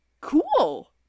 cool